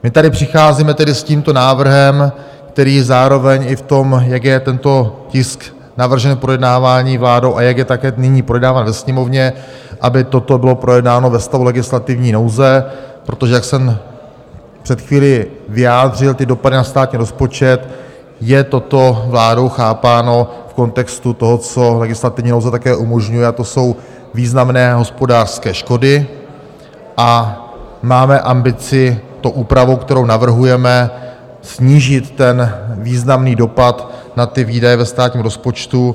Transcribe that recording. My tady přicházíme tedy s tímto návrhem, který zároveň i v tom, jak je tento tisk navržen k projednávání vládou a jak je také nyní projednáván ve Sněmovně, aby toto bylo projednáno ve stavu legislativní nouze, protože jak jsem před chvílí vyjádřil ty dopady na státní rozpočet, je toto vládou chápáno v kontextu toho, co legislativní nouze také umožňuje, a to jsou významné hospodářské škody, a máme ambici tou úpravou, kterou navrhujeme, snížit ten významný dopad na výdaje ve státním rozpočtu.